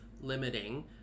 limiting